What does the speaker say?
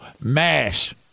Mash